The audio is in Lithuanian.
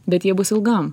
bet jie bus ilgam